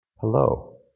Hello